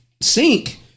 sink